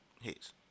hits